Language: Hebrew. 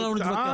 אין מה להתווכח,